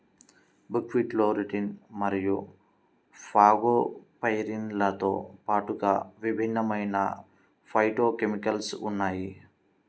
బుక్వీట్లో రుటిన్ మరియు ఫాగోపైరిన్లతో పాటుగా విభిన్నమైన ఫైటోకెమికల్స్ ఉన్నాయి